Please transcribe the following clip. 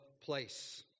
place